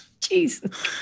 Jesus